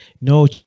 no